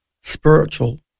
spiritual